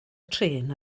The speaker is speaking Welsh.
trên